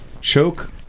choke